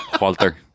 Walter